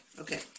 Okay